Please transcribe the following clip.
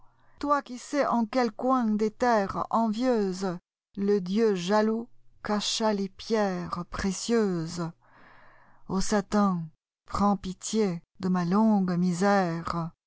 toi qui sais en quels coins des terres envieusesle dieu jaloux cacha les pierres précieuses au satan prends pitié de ma longue misère